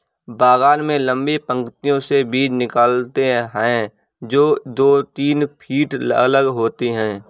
बागान में लंबी पंक्तियों से बीज निकालते है, जो दो तीन फीट अलग होते हैं